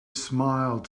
smiled